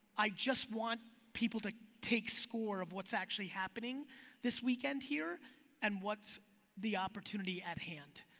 i just want people to take score of what's actually happening this weekend here and what's the opportunity at hand.